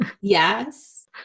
yes